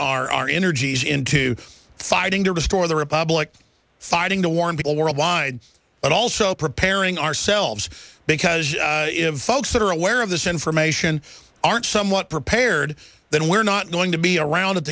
our our energies into fighting to restore the republic fighting to warn people worldwide but also preparing ourselves because folks that are aware of this information aren't somewhat prepared then we're not going to be around at